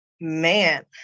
man